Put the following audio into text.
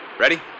ready